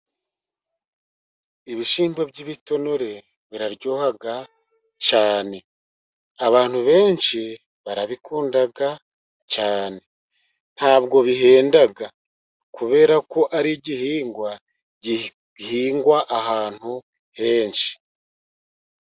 Ibishyimbo by'ibitonore biraryoha cyane, abantu benshi barabikunda cyane, ntabwo bihenda, kubera ko ari igihingwa gihingwa ahantu henshi.